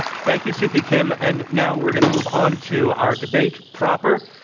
thank you, suki kim. and now we're going to move onto our debate proper.